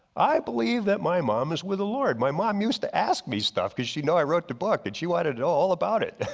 i believe that my mom is with the lord. my mom used to ask me stuff because she know i wrote the book, but she wanted to know all about it.